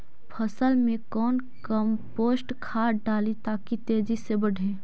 फसल मे कौन कम्पोस्ट खाद डाली ताकि तेजी से बदे?